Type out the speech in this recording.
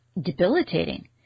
debilitating